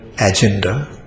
agenda